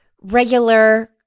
regular